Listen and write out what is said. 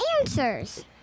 answers